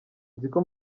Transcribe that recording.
nziko